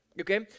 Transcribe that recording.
Okay